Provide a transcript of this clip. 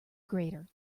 greater